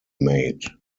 made